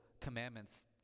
commandments